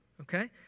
okay